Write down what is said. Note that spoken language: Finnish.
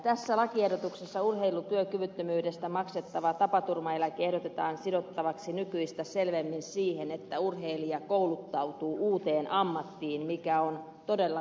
tässä lakiehdotuksessa urheilutyökyvyttömyydestä maksettava tapaturmaeläke ehdotetaan sidottavasti nykyistä selvemmin siihen että urheilija kouluttautuu uuteen ammattiin mikä on todella kannatettavaa